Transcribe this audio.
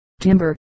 Timber